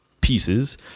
pieces